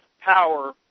power